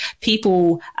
people